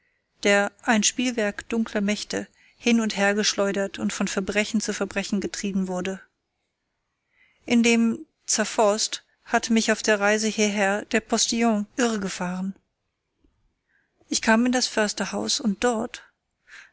der ein spielwerk dunkler mächte hin und her geschleudert und von verbrechen zu verbrechen getrieben wurde in dem tzer forst hatte mich auf der reise hierher der postillon irregefahren ich kam in das försterhaus und dort